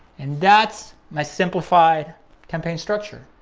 and that's my simplified campaign structure.